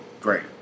great